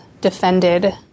defended